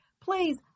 please